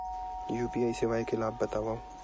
UPI सेवाएं के लाभ बतावव?